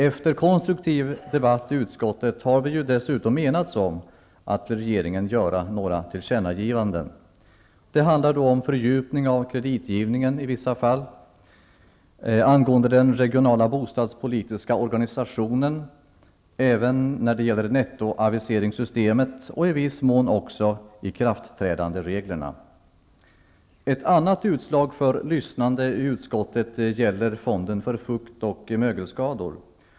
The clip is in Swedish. Efter konstruktiva debatter i utskottet har vi enats om att till regeringen göra några tillkännagivanden. Det handlar då om fördjupning av kreditgivningen i vissa fall, den regionala bostadspolitiska organisationen och nettoaviseringssystemet. I viss mån gäller det också ikraftträdandereglerna. Ett annat exempel på att vi lyssnar på varandra i utskottet gäller förslaget om fonden för fukt och mögelskador.